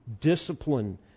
discipline